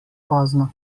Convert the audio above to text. pozno